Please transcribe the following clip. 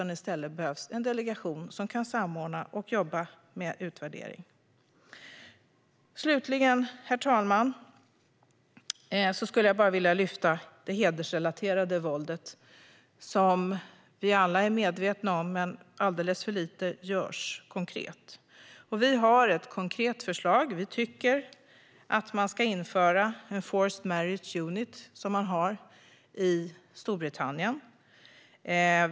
I stället behövs en delegation som kan samordna och jobba med utvärdering. Slutligen skulle jag vilja ta upp det hedersrelaterade våldet, som vi alla är medvetna om. Alldeles för lite görs konkret. Vi har ett konkret förslag. Vi tycker att man ska införa en forced marriage unit av samma slag som man har i Storbritannien.